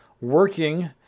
working